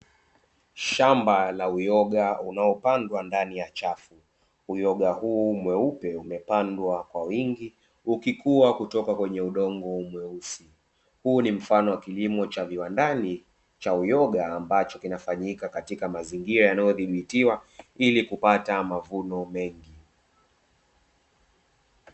Shamba la uyoga uliopandwa ndani ya chafu, uyoga huu mweupe umepandwa kwa wingi, ukikuwa kutoa kwenye udongo mweusi. Huu ni mfano wa kilimo cha viwandani cha uyoga, ambacho kinafanyika katika mazingira yanayodhibitiwa, ili kupata mavuno mengi.